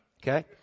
Okay